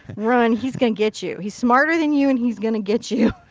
run. he's going to get you. he's smarter than you and he's going to get you. you.